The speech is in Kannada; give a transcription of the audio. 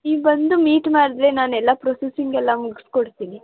ಈಗ ಬಂದು ಮೀಟ್ ಮಾಡಿದ್ರೆ ನಾನು ಎಲ್ಲ ಪ್ರೊಸೆಸಿಂಗ್ ಎಲ್ಲ ಮುಗಿಸ್ಕೊಡ್ತೀನಿ